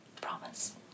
promise